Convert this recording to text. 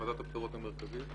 ועדת הבחירות המרכזית,